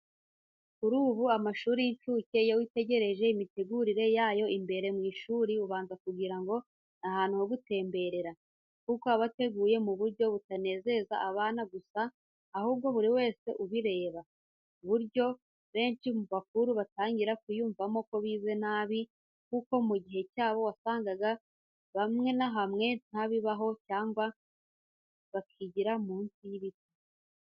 Kuri ubu, amashuri y’incuke, iyo witegereje imitegurire yayo imbere mu ishuri, ubanza kugira ngo ni ahantu ho gutemberera, kuko aba ateguye mu buryo butanezeza abana gusa, ahubwo buri wese ubireba. Ku buryo benshi mu bakuru batangira kwiyumvamo ko bize nabi, kuko mu gihe cyabo wasangaga hamwe na hamwe nta bibaho cyangwa bakigira munsi y’ibiti.